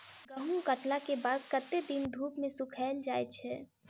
गहूम कटला केँ बाद कत्ते दिन धूप मे सूखैल जाय छै?